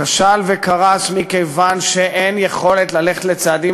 כשל וקרס מכיוון שאין יכולת ללכת לצעדים